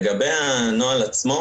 לגבי הנוהל עצמו.